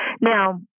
Now